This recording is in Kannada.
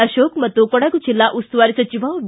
ಅಶೋಕ್ ಮತ್ತು ಕೊಡಗು ಜಿಲ್ಲಾ ಉಸ್ತುವಾರಿ ಸಚಿವ ವಿ